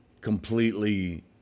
completely